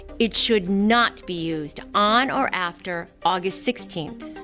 it should not be used on or after august sixteenth.